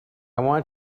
want